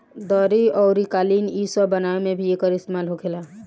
दरी अउरी कालीन इ सब बनावे मे भी एकर इस्तेमाल होखेला